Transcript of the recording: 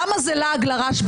למה זה לעג לרש,